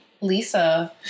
Lisa